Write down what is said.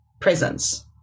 presence